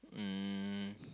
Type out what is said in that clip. um